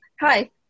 hi